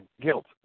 guilt